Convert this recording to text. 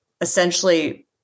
essentially